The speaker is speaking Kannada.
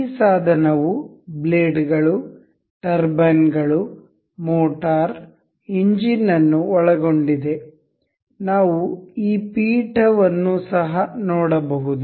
ಈ ಸಾಧನವು ಬ್ಲೇಡ್ಗಳು ಟರ್ಬೈನ್ಗಳು ಮೋಟಾರ್ ಎಂಜಿನ್ ಅನ್ನು ಒಳಗೊಂಡಿದೆ ನಾವು ಈ ಪೀಠವನ್ನು ಸಹ ನೋಡಬಹುದು